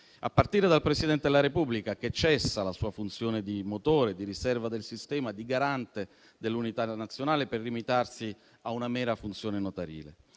a partire dal Presidente della Repubblica, che cessa la sua funzione di motore di riserva del sistema, di Garante dell'unità nazionale per limitarsi a una mera funzione notarile.